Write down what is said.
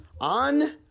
On